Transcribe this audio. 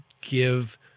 give